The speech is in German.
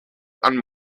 aber